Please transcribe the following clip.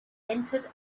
entered